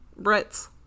Brits